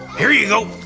here you go.